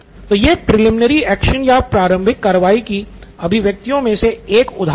तो यह preliminary action या प्रारंभिक कार्रवाई की अभिव्यक्तियों में से एक उदाहरण है